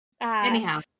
Anyhow